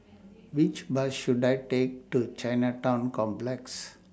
Which Bus should I Take to Chinatown Complex